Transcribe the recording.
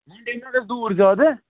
یہِ گژھِ نا دوٗر زیادٕ